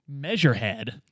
Measurehead